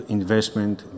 investment